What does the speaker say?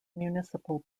municipal